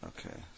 Okay